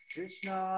Krishna